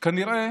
כי כנראה